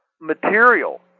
material